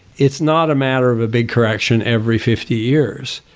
it's not a matter of a big correction every fifty years.